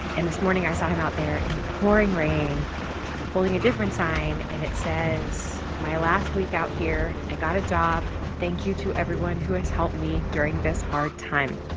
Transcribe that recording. and this morning, i saw him out there in the pouring rain holding a different sign. and it says, my last week out here. i got a job. thank you to everyone who has helped me during this hard time